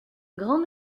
grande